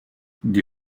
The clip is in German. die